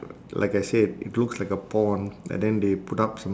like I said it looks like a pond and then they put up some